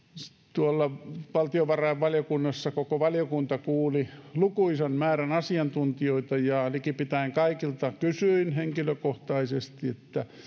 tuolla valtiovarainvaliokunnassa koko valiokunta kuuli lukuisan määrän asiantuntijoita ja likipitäen kaikilta kysyin henkilökohtaisesti